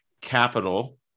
Capital